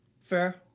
Fair